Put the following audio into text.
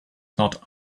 not